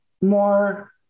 more